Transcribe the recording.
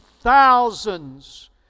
thousands